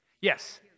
Yes